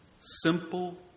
Simple